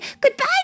Goodbye